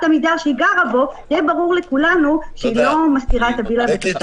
עמידר בה היא גרה לא משכירה וילה בקיסריה.